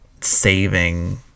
saving